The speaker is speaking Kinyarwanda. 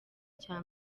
cya